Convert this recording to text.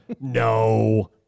No